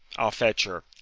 i'll fetch her.